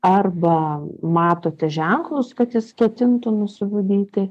arba matote ženklus kad jis ketintų nusižudyti